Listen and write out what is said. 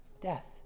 death